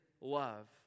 love